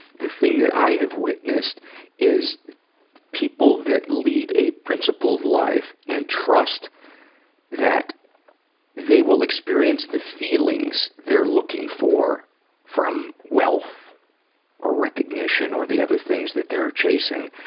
the thing that i have witnessed is people that lead a principled life and trust that they will experience the feelings they're looking for from wealth or recognition or the other things that they're chasing.